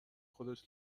خودش